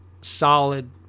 solid